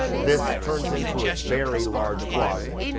this turns into a very large closet.